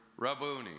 Rabuni